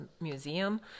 museum